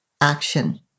action